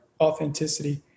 authenticity